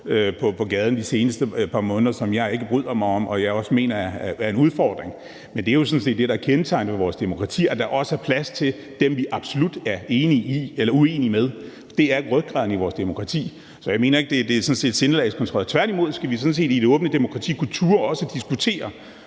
på gaden de seneste par måneder, som jeg ikke bryder mig om, og som jeg også mener er en udfordring. Men det er jo sådan set det, der er kendetegnet ved vores demokrati, altså at der også er plads til dem, vi er absolut uenige med. Det er rygraden i vores demokrati. Så jeg mener ikke, at vi skal lave sindelagskontrol. Tværtimod skal vi sådan set i et åbent demokrati også turde diskutere